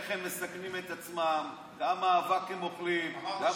איך הם מסכנים את עצמם, כמה אבק הם אוכלים, אמרתי